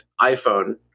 iPhone